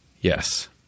yes